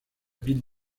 ville